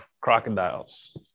crocodiles